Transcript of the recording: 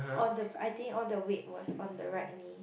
on the I think all the weight was on the right knee